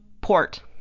port